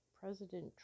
President